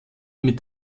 mit